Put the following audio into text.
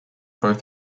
both